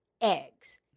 eggs